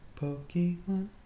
Pokemon